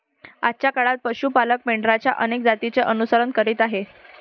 आजच्या काळात पशु पालक मेंढरांच्या अनेक जातींचे अनुसरण करीत आहेत